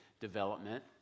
development